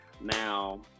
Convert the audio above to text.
now